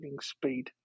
speed